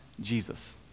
Jesus